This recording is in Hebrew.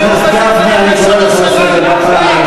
חבר הכנסת גפני, אני קורא אותך לסדר בפעם הראשונה.